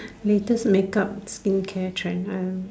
latest makeup skincare trend I don't know